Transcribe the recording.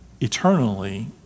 eternally